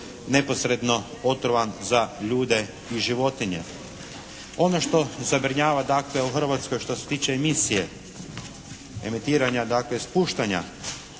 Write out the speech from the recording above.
neposredno otrovan za ljude i životinje. Ono što zabrinjava dakle u Hrvatskoj što se tiče emisije emitiranja, dakle spuštanja